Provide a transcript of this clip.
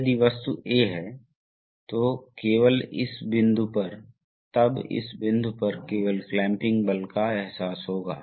यदि सॉलोनॉइड बंद है तो यह दाहिने हाथ की स्थिति में जाता है अगर उस पर सॉलोनॉइड बाएं हाथ की स्थिति में जाता है